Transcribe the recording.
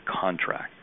contract